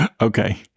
okay